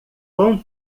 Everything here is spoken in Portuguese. quão